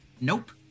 Nope